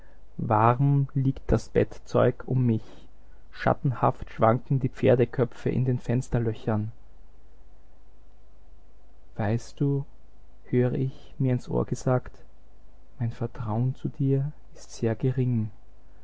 warm liegt das bettzeug um mich schattenhaft schwanken die pferdeköpfe in den fensterlöchern weißt du höre ich mir ins ohr gesagt mein vertrauen zu dir ist sehr gering